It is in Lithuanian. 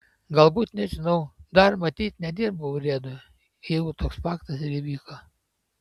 galbūt nežinau dar matyt nedirbau urėdu jeigu toks faktas ir įvyko